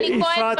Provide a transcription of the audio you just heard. אלי כהן,